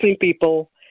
people